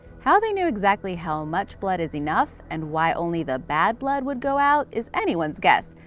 how they knew exactly how much blood is enough, and why only the bad blood would go out is anyone's guess,